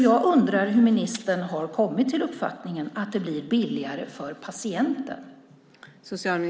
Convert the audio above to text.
Jag undrar hur ministern har kommit till uppfattningen att det blir billigare för patienten.